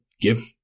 give